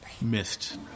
missed